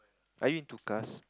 are you into cars